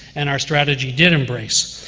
and our strategy did embrace.